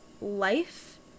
life